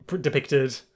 depicted